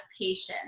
patience